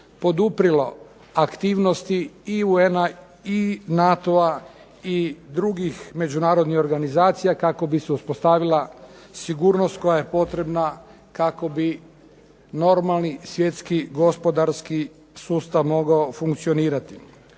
poduprijelo aktivnosti i UN-a i NATO-a i drugih međunarodnih organizacija kako bi se uspostavila sigurnost koja je potrebna kako bi normalni svjetski, gospodarski sustav mogao funkcionirati.